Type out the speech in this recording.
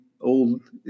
old